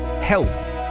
health